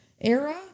era